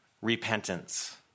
Repentance